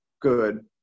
good